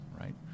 right